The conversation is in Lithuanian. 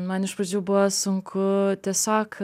man iš pradžių buvo sunku tiesiog